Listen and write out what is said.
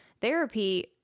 therapy